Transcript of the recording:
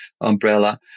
umbrella